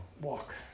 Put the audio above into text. walk